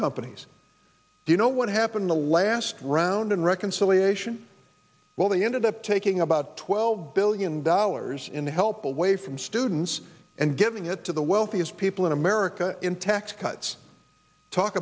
companies do you know what happened the last round of reconciliation well they ended up taking about twelve billion dollars in help away from students and giving it to the wealthiest people in america in tax cuts talk